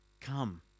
come